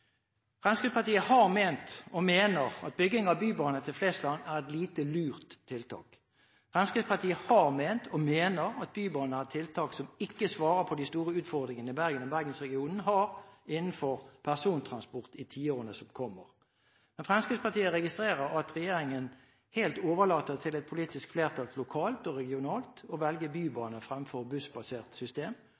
Fremskrittspartiet har ment og mener at bygging av bybane til Flesland er et lite lurt tiltak. Fremskrittspartiet har ment og mener at Bybanen er et tiltak som ikke svarer på de store utfordringene Bergen og Bergensregionen har innenfor persontransport i tiårene som kommer. Fremskrittspartiet registrerer at regjeringen helt overlater til et politisk flertall, lokalt og regionalt, å velge bybane fremfor bussbasert system;